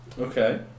Okay